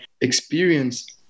experience